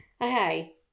Okay